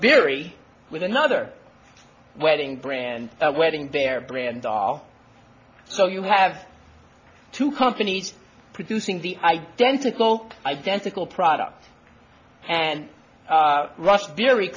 very with another wedding brand wedding their brand all so you have two companies producing the identical identical product and rush very